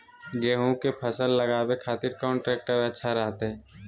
गेहूं के फसल लगावे खातिर कौन ट्रेक्टर अच्छा रहतय?